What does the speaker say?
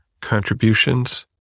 contributions